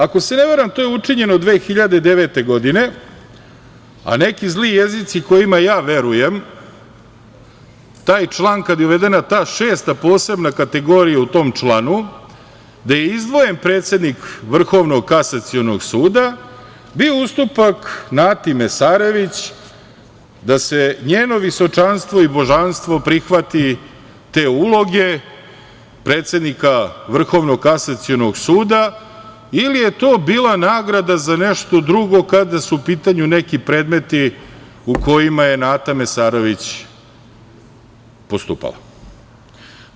Ako se ne varam to je učinjeno 2009. godine, a neki zli jezici, kojima ja verujem, taj član kad je uvedena ta šesta posebna kategorija u tom članu, gde je izdvojen predsednik Vrhovnog kasacionog suda bio ustupak Nati Mesarević da se njeno visočanstvo i božanstvo prihvati te uloge predsednika Vrhovnog kasacionog suda ili je to bila nagrada za nešto drugo kada su u pitanju neki predmeti u kojima je Nata Mesarović postupala.